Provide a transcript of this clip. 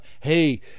hey